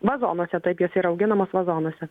vazonuose taip jos yra auginamos vazonuose